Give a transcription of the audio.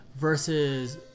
versus